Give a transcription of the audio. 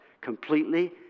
completely